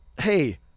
Hey